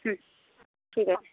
হুম ঠিক আছে